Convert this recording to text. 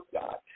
God